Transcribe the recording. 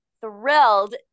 thrilled